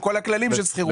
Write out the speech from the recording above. עם כל הכללים של שכירות.